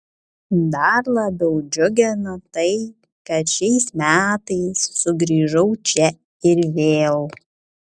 dar labiau džiugina tai kad šiais metais sugrįžau čia ir vėl